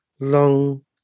long